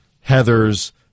Heather's